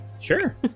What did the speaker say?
sure